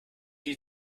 die